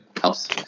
helps